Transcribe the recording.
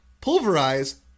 pulverize